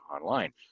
online